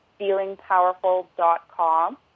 feelingpowerful.com